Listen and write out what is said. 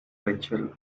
rachel